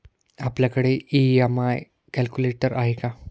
आपल्याकडे EMI calculator आहे का?